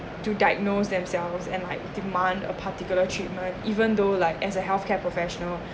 to diagnose themselves and like demand a particular treatment even though like as a health care professional